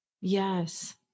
yes